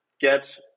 get